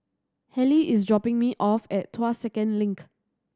Halley is dropping me off at Tuas Second Link